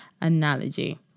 analogy